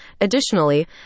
Additionally